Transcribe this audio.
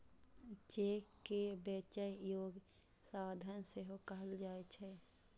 cheque कें बेचै योग्य साधन सेहो कहल जाइ छै